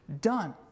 done